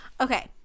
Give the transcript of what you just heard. okay